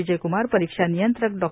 विजयक्मार परीक्षा नियंत्रक डॉ